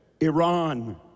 Iran